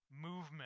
movement